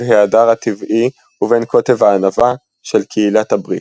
ההדר הטבעי ובין קוטב הענווה" של "קהילת הברית".